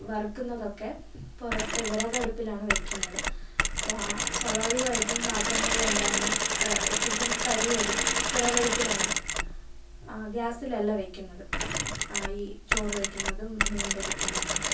വറക്കുന്നതൊക്കെ പുറത്ത് വിറകടുപ്പിലാണ് വെക്കുന്നത് അപ്പോൾ ആ സ്വാഭാവികമായിട്ടും പത്രങ്ങളിൽ എന്താണ് ചുറ്റും കരി വരും വിറകടുപ്പിലാണ് ആ ഗ്യാസിലല്ല വെക്കുന്നത് ആ ഈ ചോർ വെക്കുന്നതും മീൻ പൊരിക്കുന്നതിനൊക്കെ